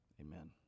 Amen